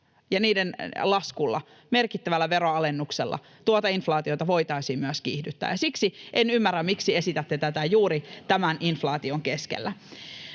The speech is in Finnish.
verojen laskulla, merkittävällä veronalennuksella, tuota inflaatiota voitaisiin myös kiihdyttää, ja siksi en ymmärrä, miksi esitätte tätä juuri tämän inflaation keskellä.